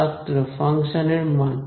ছাত্র ফাংশনের মান